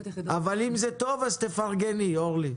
אבל אם זה טוב אז תפרגני, אורלי.